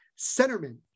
centerman